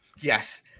Yes